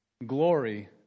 Glory